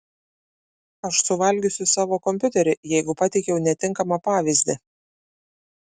aš suvalgysiu savo kompiuterį jeigu pateikiau netinkamą pavyzdį